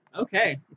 okay